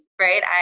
right